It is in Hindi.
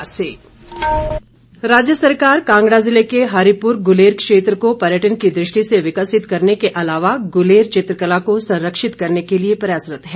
मुख्यमंत्री राज्य सरकार कांगड़ा जिले के हरिपुर गुलेर क्षेत्र को पर्यटन की दृष्टि से विकसित करने के अलावा गुलेर चित्रकला को संरक्षित करने के लिए प्रयासरत है